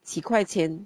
几块钱